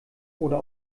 oder